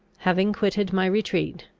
having quitted my retreat,